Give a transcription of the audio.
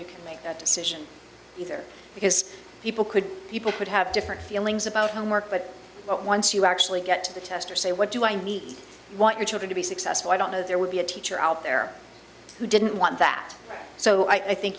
you can make that decision either because people could people could have different feelings about homework but but once you actually get to the test or say what do i need what you're going to be successful i don't know there would be a teacher out there who didn't want that so i think